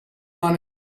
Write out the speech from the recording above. money